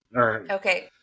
Okay